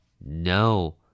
No